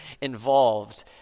involved